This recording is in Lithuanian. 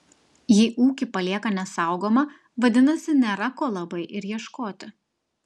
jei ūkį palieka nesaugomą vadinasi nėra ko labai ir ieškoti